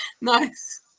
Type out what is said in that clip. Nice